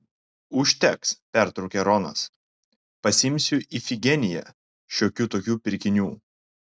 užteks pertraukė ronas pasiimsiu ifigeniją šiokių tokių pirkinių